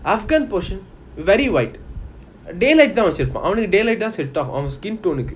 afghan portion very white daylight வெச்சி இருப்பான்:vechi irupan daylight தான் ஆகும் அவன்:thaan aagum avan on skin tone கு:ku